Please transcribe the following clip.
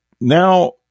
now